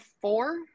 four